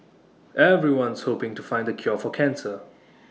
everyone's hoping to find the cure for cancer